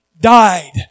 died